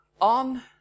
On